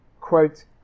quote